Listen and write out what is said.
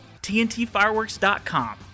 TNTfireworks.com